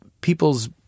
people's